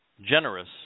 generous